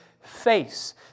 face